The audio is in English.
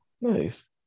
nice